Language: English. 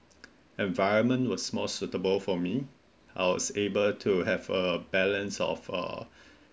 environment was more suitable for me I was able to have a balance of uh